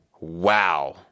Wow